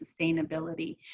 sustainability